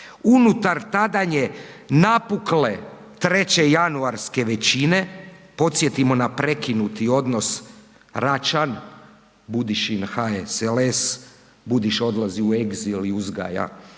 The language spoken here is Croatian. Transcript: unutar tadanje napukle treće januarske većine, podsjetimo na prekinuti odnos Račan, Budišin HSLS, Budiša odlazi u egzil i uzgaja